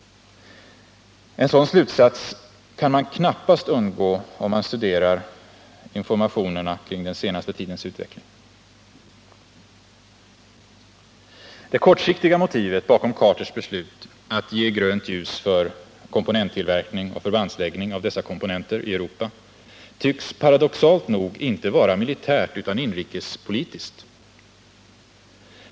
En sådan slutsats kan man knappast undgå att dra, om man studerar informationerna om den senaste tidens utveckling. Det kortsiktiga motivet bakom Carters beslut att ge grönt ljus för komponenttillverkning och förbandsläggning av dessa komponenter i Europa tycks paradoxalt nog inte vara militärt utan inrikespolitiskt.